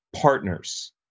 partners